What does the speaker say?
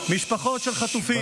משפחות של חטופים.